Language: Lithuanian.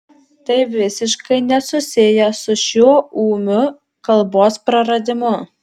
tai visiškai nesusiję su šiuo ūmiu kalbos praradimu